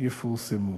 שיפורסמו.